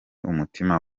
umutima